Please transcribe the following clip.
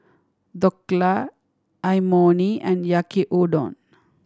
Dhokla Imoni and Yaki Udon